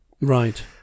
Right